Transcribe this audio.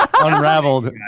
unraveled